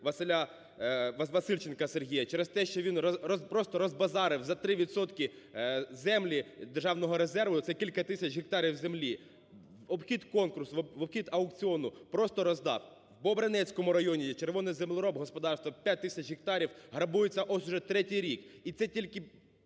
Васильченка Сергія через те. що він просто розбазарив за 3 відсотки землі державного резерву, це кілька тисяч гектарів землі, в обхід конкурсу, в обхід аукціону, просто роздав. В Бобринецькому районі є "Червоний землероб" господарство, 5 тисяч гектарів, грабується ось уже третій рік. І це тільки